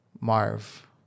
marv